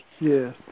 Yes